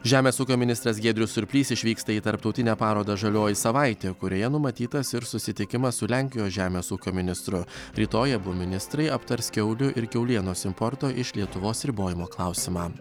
žemės ūkio ministras giedrius surplys išvyksta į tarptautinę parodą žalioji savaitė kurioje numatytas ir susitikimas su lenkijos žemės ūkio ministru rytoj abu ministrai aptars kiaulių ir kiaulienos importo iš lietuvos ribojimo klausimą